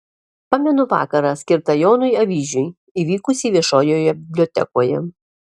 pamenu vakarą skirtą jonui avyžiui įvykusį viešojoje bibliotekoje